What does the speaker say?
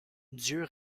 dieu